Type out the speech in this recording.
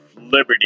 liberty